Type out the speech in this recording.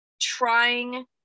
trying